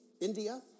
India